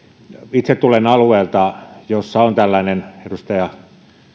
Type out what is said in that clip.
itse tulen alueelta jossa on tällainen edustaja